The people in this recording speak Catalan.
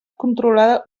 controlada